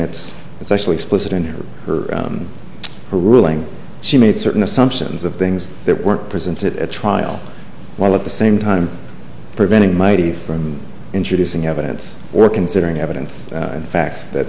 it's it's actually explicit in her her ruling she made certain assumptions of things that were presented at trial while at the same time preventing mighty from introducing evidence or considering evidence and facts that